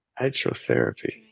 Hydrotherapy